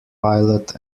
pilot